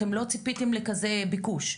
אתם לא ציפיתם לכזה ביקוש.